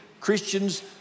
Christians